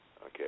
Okay